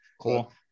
cool